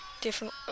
different